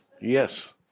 yes